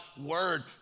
word